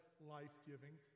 life-giving